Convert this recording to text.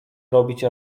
robić